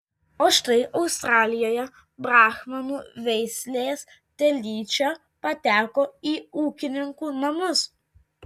o štai australijoje brahmanų veislės telyčia pateko į ūkininkų namus